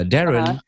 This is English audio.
Darren